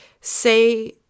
say